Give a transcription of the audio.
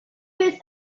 years